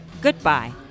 Goodbye